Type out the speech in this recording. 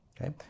okay